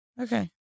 Okay